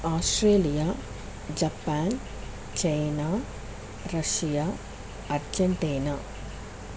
Australia Japan China Russia Argentina